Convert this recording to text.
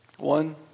One